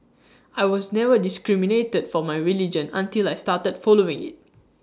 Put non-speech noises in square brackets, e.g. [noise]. [noise] I was never discriminated for my religion until I started following IT